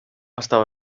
estava